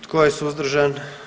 Tko je suzdržan?